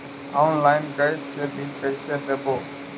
Online gas के bill कैसे देबै?